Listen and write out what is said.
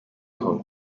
aho